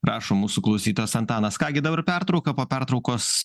rašo mūsų klausytojas antanas ką gi dabar pertrauka po pertraukos